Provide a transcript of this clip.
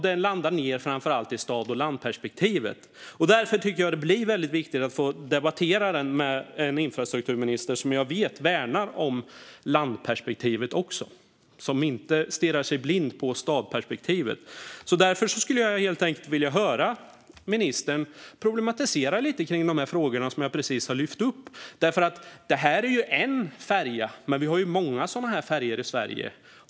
Den landar framför allt i stad-land-perspektivet. Därför tycker jag att det är väldigt viktigt att få debattera frågan med en infrastrukturminister som jag vet också värnar om landperspektivet och som inte stirrar sig blind på stadperspektivet. Därför skulle jag helt enkelt vilja höra ministern problematisera lite kring de frågor som jag precis har lyft upp. Detta är ju en färja, men vi har många sådana här färjor i Sverige.